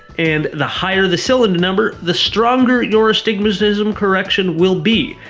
and the higher the cylinder number, the stronger your astigmatism correction will be.